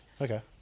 Okay